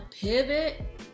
pivot